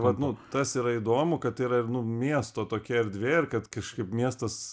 vat nu tas yra įdomu kad tai yra ir nu miesto tokia erdvė ir kad kažkaip miestas